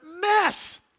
mess